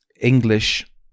English